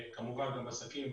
כמובן גם עסקים